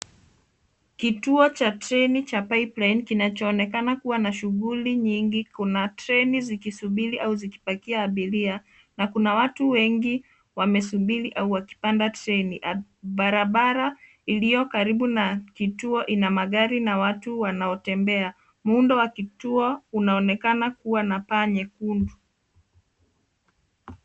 Kituo cha treni cha Pipeline kinaonekana kuwa na shughuli nyingi. Kuna treni zikisubiri au zikipakia abiria na kuna watu wengi wamesubiri au wakipanda treni. Barabara iliyo karibu na kituo ina magari na watu wanaotembea. Muundo wa kituo unaonekana kuwa na paa nyekundu.